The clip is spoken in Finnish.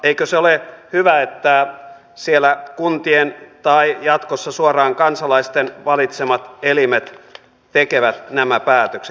eikö se ole hyvä että siellä kuntien tai jatkossa suoraan kansalaisten valitsemat elimet tekevät nämä päätökset